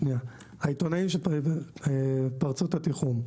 העיתונאים פרצו את התיחום.